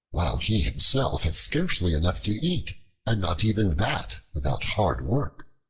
while he himself had scarcely enough to eat and not even that without hard work.